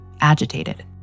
Agitated